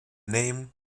name